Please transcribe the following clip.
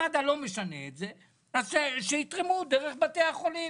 אם מד"א לא משנה את זה שיתרמו דרך בתי החולים,